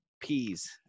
peas